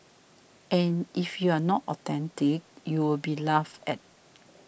and if you are not authentic you will be laughed at